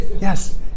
Yes